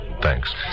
thanks